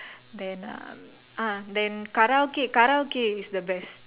then uh ah Karaoke Karaoke is the best